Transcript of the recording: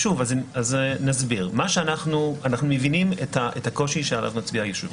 אנחנו מבינים את הקושי שעליו מצביע יושב הראש.